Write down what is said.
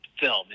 film